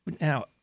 Now